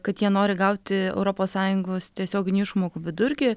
kad jie nori gauti europos sąjungos tiesioginių išmokų vidurkį